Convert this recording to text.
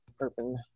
urban